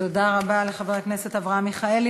תודה רבה לחבר הכנסת אברהם מיכאלי.